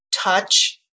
touch